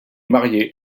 marié